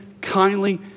kindly